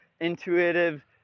Intuitive